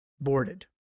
boarded